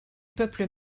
peuple